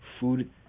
Food